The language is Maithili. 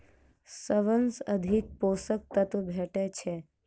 सबसँ अधिक पोसक तत्व भेटय छै?